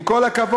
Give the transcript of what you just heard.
עם כל הכבוד.